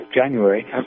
January